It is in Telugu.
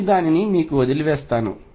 నేను దానిని మీకు వదిలివేస్తాను